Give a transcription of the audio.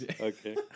Okay